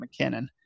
McKinnon